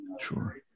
Sure